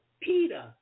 Peter